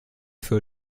für